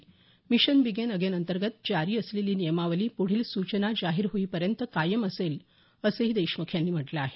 mission begin again अंतर्गत जारी असलेली नियमावली पुढील सूचना जाहीर होईपर्यंत कायम असेल असंही देशमुख यांनी म्हटलं आहे